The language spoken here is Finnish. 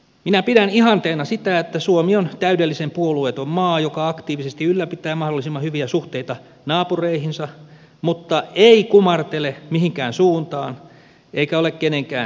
minä pidän ihanteena sitä että suomi on täydellisen puolueeton maa joka aktiivisesti ylläpitää mahdollisimman hyviä suhteita naapureihinsa mutta ei kumartele mihinkään suuntaan eikä ole kenenkään käskytettävissä